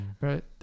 Right